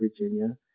Virginia